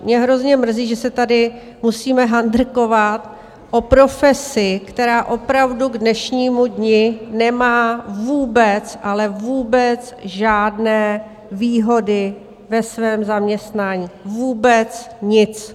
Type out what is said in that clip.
Mě hrozně mrzí, že se tady musíme handrkovat o profesi, která opravdu k dnešnímu dni nemá vůbec, ale vůbec žádné výhody ve svém zaměstnání, vůbec nic.